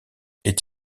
est